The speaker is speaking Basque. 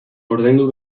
ordaindu